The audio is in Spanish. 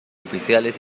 oficiales